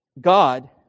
God